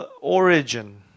origin